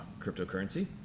cryptocurrency